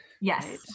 Yes